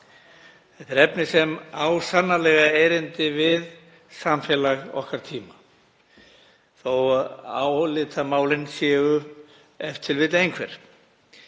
Þetta er efni sem á sannarlega erindi við samfélag okkar tíma þó að álitamálin séu e.t.v. einhver.